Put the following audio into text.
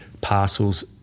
parcels